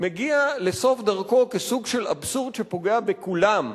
מגיע לסוף דרכו כסוג של אבסורד שפוגע בכולם,